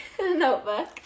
notebook